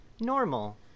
normal